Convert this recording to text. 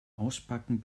auspacken